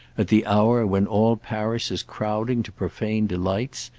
at the hour when all paris is crowding to profane delights,